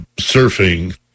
surfing